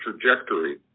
trajectory